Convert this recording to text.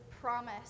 promise